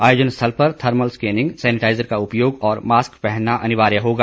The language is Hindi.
आयोजन स्थल पर में थर्मल स्कैनिंग सैनिटाईजर का उपयोग और मास्क पहनना अनिवार्य होगा